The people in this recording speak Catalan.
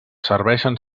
serveixen